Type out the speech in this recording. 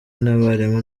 n’abarimu